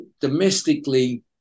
domestically